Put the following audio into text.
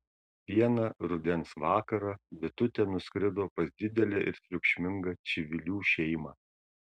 vieną rudens vakarą bitutė nuskrido pas didelę ir triukšmingą čivilių šeimą